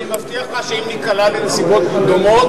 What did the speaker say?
אני מבטיח לך שאם ניקלע לנסיבות דומות,